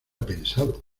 pensado